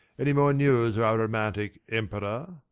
any more news of our romantic emperor?